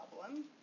problem